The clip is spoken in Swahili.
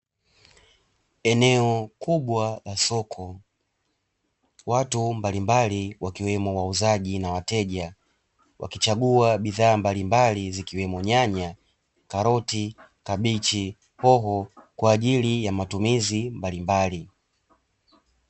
Eneo kubwa la soko watu mbalimbali wakiwemo wauzaji na wateja, wakichagua bidhaa mbalimbali zikiwemo: nyanya, karoti, kabichi, hoho kwa ajili ya matumizi mbalimbali.